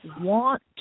want